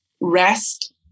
rest